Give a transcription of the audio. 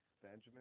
Benjamin